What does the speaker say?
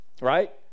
right